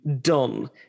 done